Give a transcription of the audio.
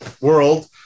world